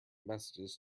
messages